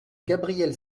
gabriel